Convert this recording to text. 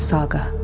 Saga